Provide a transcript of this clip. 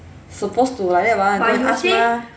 supposed to like that mah mah